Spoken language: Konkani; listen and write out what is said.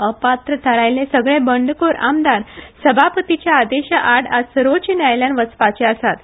अपात्र थारायल्ले सगले बंडखोर आमदार सभापतीच्या आदेशाआड आज सर्वोच्च न्यायालयात वचपाचे आसात